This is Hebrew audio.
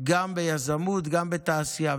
גם ביזמות, גם בתעשייה.